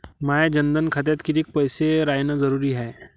माया जनधन खात्यात कितीक पैसे रायन जरुरी हाय?